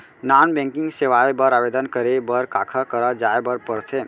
non banking सेवाएं बर आवेदन करे बर काखर करा जाए बर परथे